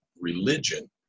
religion